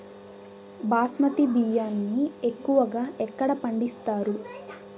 బాస్మతి బియ్యాన్ని ఎక్కువగా ఎక్కడ పండిస్తారు?